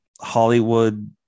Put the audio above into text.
Hollywood